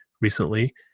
recently